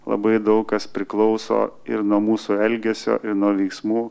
labai daug kas priklauso ir nuo mūsų elgesio ir nuo veiksmų